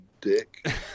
dick